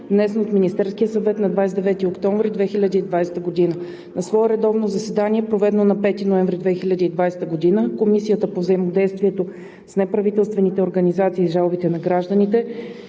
внесен от Министерския съвет на 29 октомври 2020 г. На свое редовно заседание, проведено на 5 ноември 2020 г., Комисията по взаимодействието с неправителствените организации и жалбите на гражданите